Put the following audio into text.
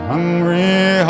Hungry